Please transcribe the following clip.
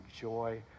joy